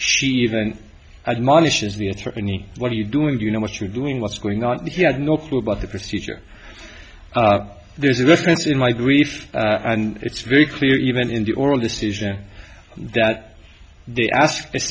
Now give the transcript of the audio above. attorney what are you doing you know what you're doing what's going on he had no clue about the procedure there's a difference in my grief and it's very clear even in the oral decision that they ask